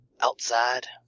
Outside